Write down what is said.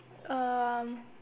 um